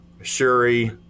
Shuri